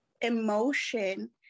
emotion